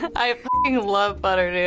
i mean love butter, dude.